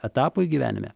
etapui gyvenime